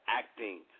acting